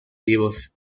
vivos